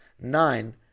nine